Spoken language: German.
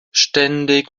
ständig